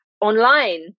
Online